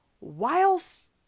whilst